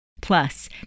Plus